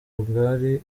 bwari